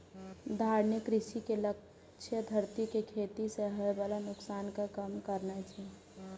धारणीय कृषि के लक्ष्य धरती कें खेती सं होय बला नुकसान कें कम करनाय छै